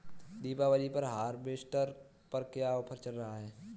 दीपावली पर हार्वेस्टर पर क्या ऑफर चल रहा है?